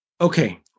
Okay